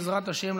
בעזרת השם,